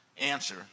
Answer